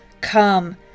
Come